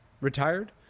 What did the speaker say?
retired